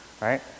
right